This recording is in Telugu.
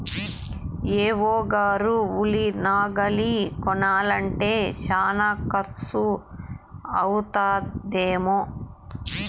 ఏ.ఓ గారు ఉలి నాగలి కొనాలంటే శానా కర్సు అయితదేమో